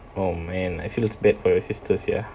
oh man I feels bad for your sister sia